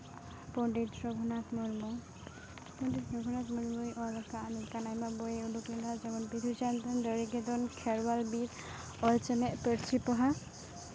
ᱯᱚᱱᱰᱤᱛ ᱨᱟᱹᱜᱷᱩᱱᱟᱛᱷ ᱢᱩᱨᱢᱩ ᱯᱚᱱᱰᱤᱛ ᱨᱟᱹᱜᱷᱩᱱᱟᱛᱷ ᱢᱩᱨᱢᱩᱭ ᱚᱞ ᱟᱠᱟᱫ ᱞᱮᱠᱟᱱ ᱟᱭᱢᱟ ᱵᱳᱭᱮ ᱩᱰᱩᱠ ᱞᱮᱫᱟ ᱡᱮᱢᱚᱱ ᱵᱤᱫᱩᱼᱪᱟᱱᱫᱟᱱ ᱫᱟᱲᱮ ᱜᱮ ᱫᱷᱚᱱ ᱠᱷᱮᱨᱣᱟᱞ ᱵᱤᱨ ᱚᱞ ᱪᱮᱢᱮᱫ ᱯᱟᱹᱨᱥᱤ ᱯᱚᱦᱟ